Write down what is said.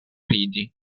ridi